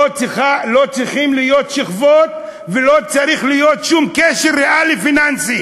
לא צריכות להיות שכבות ולא צריך להיות שום קשר ריאלי-פיננסי.